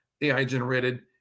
AI-generated